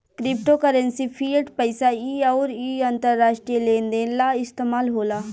crypto currency fiat पईसा ह अउर इ अंतरराष्ट्रीय लेन देन ला इस्तमाल होला